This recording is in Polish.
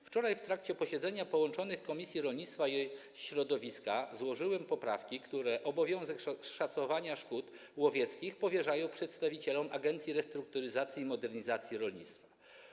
Wczoraj, w trakcie posiedzenia połączonych komisji rolnictwa i środowiska, złożyłem poprawki, zgodnie z którymi obowiązek szacowania szkód łowieckich powierza się przedstawicielom Agencji Restrukturyzacji i Modernizacji Rolnictwa.